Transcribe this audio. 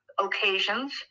occasions